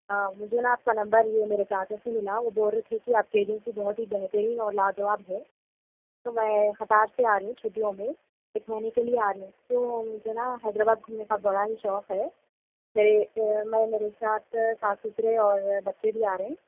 ہاں مجھے نا آپ کا نمبر یہ میرے چاچا سے ملا وہ بول رہے تھے کہ آپ کے ایجینسی بہت ہی بہترین اور لاجواب ہے تو میں خطار سے آ رہی ہوں چھٹیوں میں ایک مہینے کے لیے آ رہی ہوں تو مجھے نہ حیدرآباد گھومنے کا بڑا ہی شوق ہے میرے میں میرے ساتھ ساس سسرے اور بچے بھی آ رہے ہیں